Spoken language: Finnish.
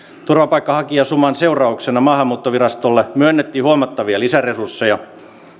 turvapaikanhakijasuman seurauksena maahanmuuttovirastolle myönnettiin huomattavia lisäresursseja